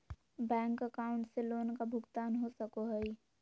Bank account से loan का भुगतान हो सको हई?